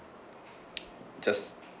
just